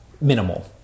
minimal